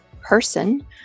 person